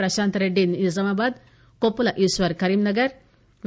Prashanth Reddy Nizamabad Koppula Eshwar Karimnagar వి